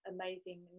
amazing